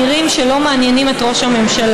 נראה שהם לא מעניינים את ראש הממשלה.